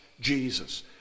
Jesus